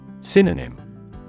Synonym